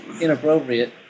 Inappropriate